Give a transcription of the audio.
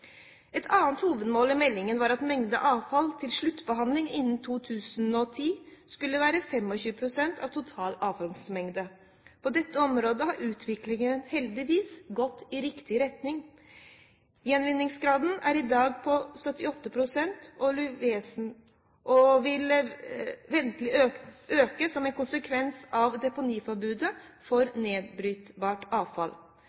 Et annet hovedmål i meldingen var at mengden avfall til sluttbehandling innen 2010 skulle være 25 pst. av total avfallsmengde. På dette området har utviklingen heldigvis gått i riktig retning. Gjenvinningsgraden er i dag på 78 pst. og vil ventelig øke som en konsekvens av deponiforbudet